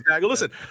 Listen